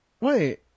Wait